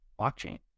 blockchain